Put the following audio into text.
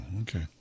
okay